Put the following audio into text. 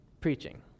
preaching